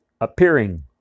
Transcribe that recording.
appearing